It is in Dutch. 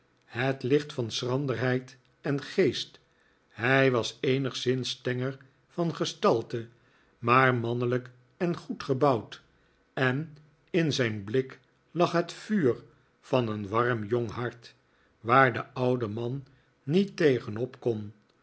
het licht van schranderheid en geest hij was eenigszins tenger van gestalte maar mannelijk en goed gebouwd en in zijn blik lag het vuur van een warm jong hart waar de oude man niet tegen op kon